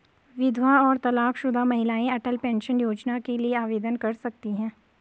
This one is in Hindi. विधवा और तलाकशुदा महिलाएं अटल पेंशन योजना के लिए आवेदन कर सकती हैं